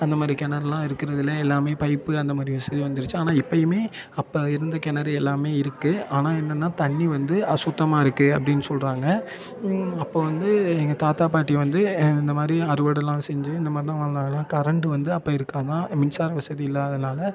அந்த மாதிரி கிணறுலாம் இருக்கிறதில்ல எல்லாமே பைப்பு அந்த மாதிரி யூஸு வந்துடுச்சு ஆனால் இப்போயுமே அப்போ இருந்த கிணறு எல்லாமே இருக்குது ஆனால் என்னென்னா தண்ணி வந்து அசுத்தமாக இருக்குது அப்டின்னு சொல்கிறாங்க அப்போ வந்து எங்கள் தாத்தா பாட்டி வந்து இந்த மாதிரி அறுவடைலாம் செஞ்சு இந்த மாதிரிலாம் வளர்ந்தாங்களாம் கரண்டு வந்து அப்போ இருக்காதாம் மின்சார வசதி இல்லாததனால